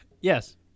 Yes